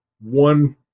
one